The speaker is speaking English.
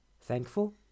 Thankful